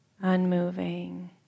unmoving